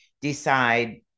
decide